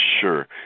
sure